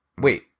Wait